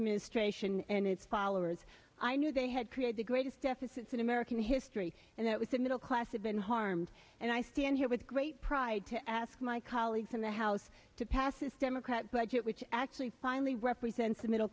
administration and its followers i knew they had created the greatest deficits in american history and that was it middle class have been harmed and i stand here with great pride to ask my colleagues in the house to pass this democrat budget which actually finally represents the middle